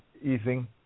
easing